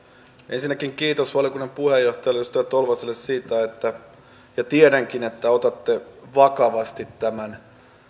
ensinnäkin kiitos valiokunnan puheenjohtajalle edustaja tolvaselle siitä että otatte ja tiedänkin että otatte vakavasti tämän